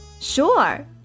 Sure